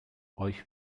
euch